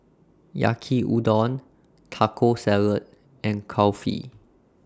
Yaki Udon Taco Salad and Kulfi